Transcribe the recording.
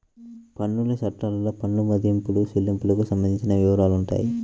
పన్నుల చట్టాల్లో పన్నుల మదింపు, చెల్లింపులకు సంబంధించిన వివరాలుంటాయి